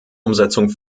umsetzung